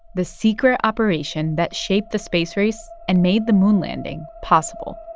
the secret operation that shaped the space race and made the moon landing possible